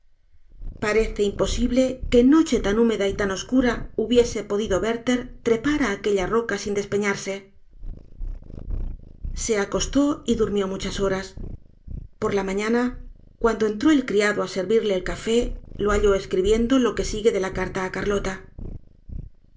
parece imposible que en noche tan húmeda y tan oscura hubiese podido werther trepar á aquella roca sin despeñarse se acostó y durmió muchas horas por la mañana cuando entró el criado á servirle el cafe lo halló escribiendo lo que sigue de la carta á carlota